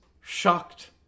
shocked